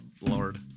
lord